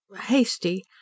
hasty